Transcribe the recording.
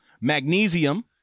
magnesium